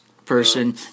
person